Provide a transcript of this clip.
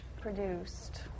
produced